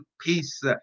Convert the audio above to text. peace